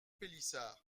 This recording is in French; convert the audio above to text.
pélissard